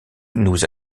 nous